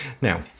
Now